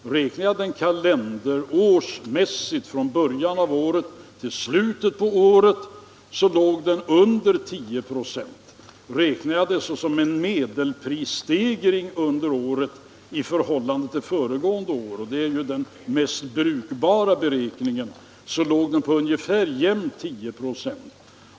Räknar man kalenderårsmässigt, från årets början till dess slut, kommer man fram till att den låg under 10 96. Räknar man fram medelprisstegringen under året i förhållande till närmast föregående år — och det är ju den mest brukliga beräkningen - kommmer man fram till ganska jämnt 10 96.